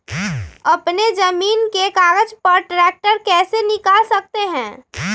अपने जमीन के कागज पर ट्रैक्टर कैसे निकाल सकते है?